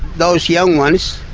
those young ones,